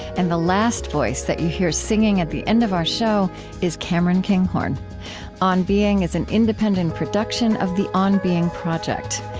and the last voice that you hear singing at the end of our show is cameron kinghorn on being is an independent production of the on being project.